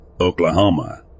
Oklahoma